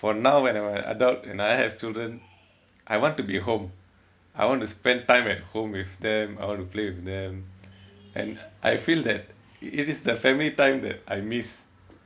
for now when I'm an adult and I have children I want to be home I want to spend time at home with them I want to play with them and I feel that it is the family time that I miss